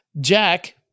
Jack